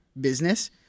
business